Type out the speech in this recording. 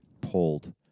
pulled